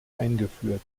eingeführt